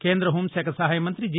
కేంద్ర హోం శాఖ సహాయ మంత్రి జీ